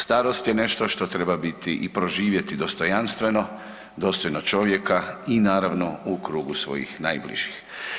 Starost je nešto što treba biti i proživjeti dostojanstveno, dostojno čovjeka i naravno u krugu svojim najbližih.